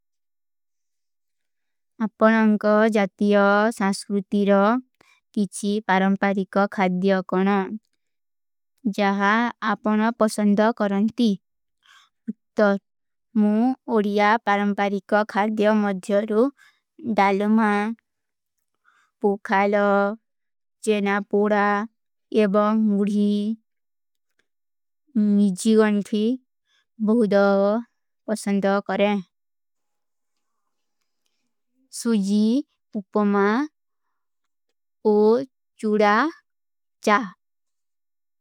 ଅପନାଂକ ଜାତିଯ ସାଂସ୍ରୁତିର କିଛୀ ପରଂପାରିକ ଖାର୍ଡିଯୋ କୋନା। ଜହାଁ ଆପନେ ପସଂଦ କରନତୀ। ତର ମୁ ଓଡିଯା ପରଂପାରିକ ଖାର୍ଡିଯୋ ମଦ୍ଜର। ଡାଲମା, ପୋଖାଲ, ଚେନା ପୋଡା ଏବଂ ମୁଡୀ, ମିଜୀ ଗଂଥୀ ବହୁତ ପସଂଦ କରେଂ। ସୁଜୀ, ପୁପମା, ଓ, ଚୁଡା, ଚା।